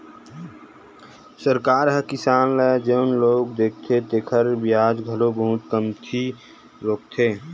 सरकार ह किसान ल जउन लोन देथे तेखर बियाज घलो बहुते कमती होथे